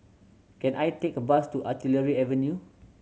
can I take a bus to Artillery Avenue